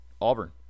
Auburn